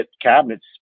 cabinets